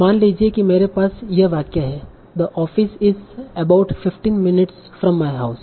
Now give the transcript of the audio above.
मान लीजिए कि मेरे पास यह वाक्य है the office is about 15 minutes from my house